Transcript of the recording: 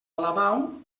alabau